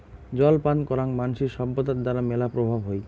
জল পান করাং মানসির সভ্যতার দ্বারা মেলা প্রভাব হই